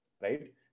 right